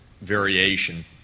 variation